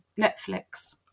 Netflix